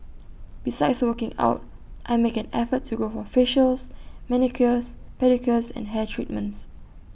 besides working out I make an effort to go for facials manicures pedicures and hair treatments